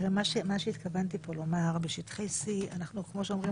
מה שהתכוונתי פה לומר שבשטחי C אנחנו כמו שאומרים